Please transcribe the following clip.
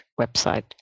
website